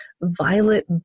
Violet